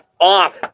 off